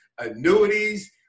annuities